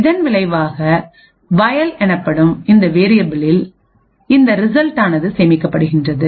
இதன் விளைவாக வயல் எனப்படும் இந்த வேரியபில்லில்இந்த ரிசல்ட் ஆனது சேமிக்கப்படுகிறது